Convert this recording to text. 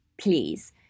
please